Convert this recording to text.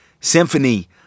symphony